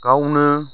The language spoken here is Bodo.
गावनो